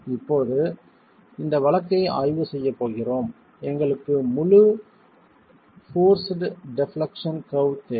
இப்போது இந்த வழக்கை ஆய்வு செய்யப் போகிறோம் எங்களுக்கு முழு போர்ஸ்ட் டெப்லெக்சன் கர்வ் தேவை